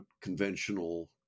conventional